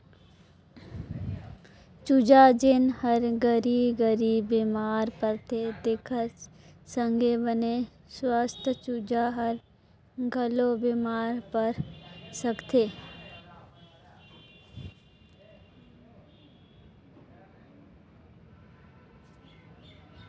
चूजा जेन हर घरी घरी बेमार परथे तेखर संघे बने सुवस्थ चूजा हर घलो बेमार पर सकथे